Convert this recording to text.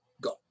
Go